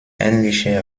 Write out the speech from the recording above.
ähnliche